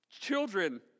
children